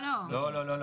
לא לא,